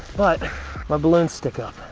but my balloons stick up.